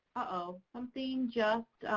oh, something just,